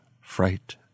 fright